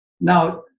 Now